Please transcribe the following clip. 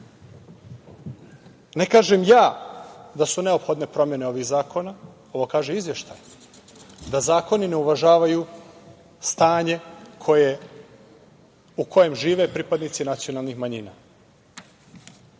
kažem ja da su neophodne promene ovih zakona, ovo kaže izveštaj, da zakoni ne uvažavaju stanje u kojem žive pripadnici nacionalnih manjina. Kada